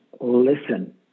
listen